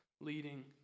leading